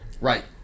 Right